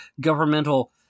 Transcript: governmental